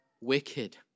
wicked